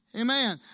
Amen